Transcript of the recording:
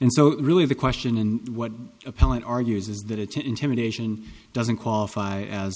and so really the question in what appellant argues is that it's intimidation doesn't qualify as